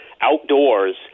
outdoors